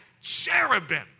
cherubim